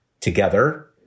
together